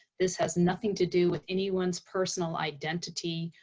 this has nothing to do with anyone's personal identity.